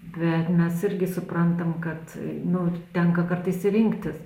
bet mes irgi suprantam kad nu tenka kartais ir rinktis